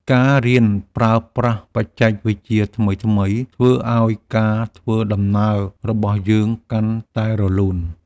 ការរៀនប្រើប្រាស់បច្ចេកវិទ្យាថ្មីៗ ធ្វើឱ្យការធ្វើដំណើររបស់យើងកាន់តែរលូន។